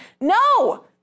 no